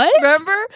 Remember